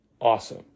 awesome